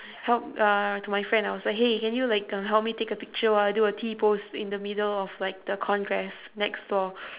help uh to my friend I was like hey can you like uh help me take a picture while I do a t-pose in the middle of like the congress next door